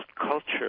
culture